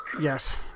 Yes